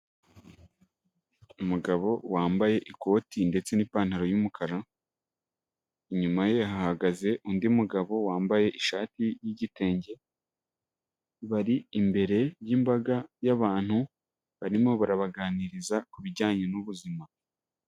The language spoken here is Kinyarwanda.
Umugabo wambaye ikoti ndetse n'ipantaro y'umukara, inyuma ye hahagaze undi mugabo wambaye ishati yigitenge bari imbere yimbaga y'abantu, barimo barabaganiriza kubijyanye n'ubuzima.